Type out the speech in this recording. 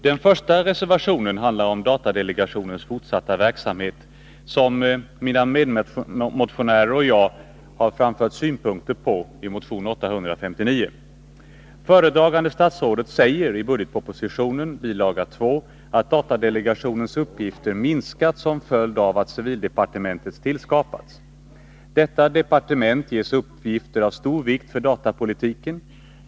Den första reservationen handlar om datadelegationens fortsatta verksamhet, som mina medmotionärer och jag har framfört synpunkter på i motion 859. Föredragande statsrådet säger i budgetpropositionen, bilaga 2, att datadelegationens uppgifter minskat som följd av att civildepartementet tillskapats. Detta departement ges uppgifter av stor vikt för datapolitiken.